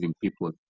people